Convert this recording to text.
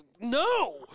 No